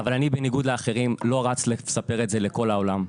אבל אני בניגוד לאחרים לא רץ לספר את זה לכל העולם.